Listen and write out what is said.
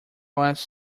less